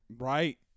Right